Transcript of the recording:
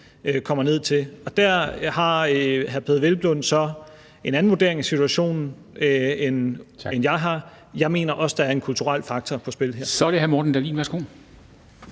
kommer ned til. Der har hr. Peder Hvelplund så en anden vurdering af situationen, end jeg har. Jeg mener også, der er en kulturel faktor på spil her. Kl.